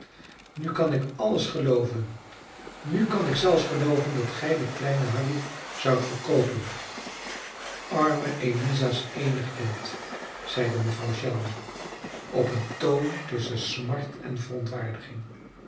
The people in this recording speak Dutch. nu kan ik alles gelooven nu kan ik zelfs gelooven dat gij den kleinen harry zoudt verkoopen arme eliza's eenig kind zeide mevrouw shelby op een toon tusschen smart en verontwaardiging